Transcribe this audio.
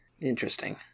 Interesting